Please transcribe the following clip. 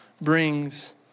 brings